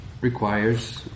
requires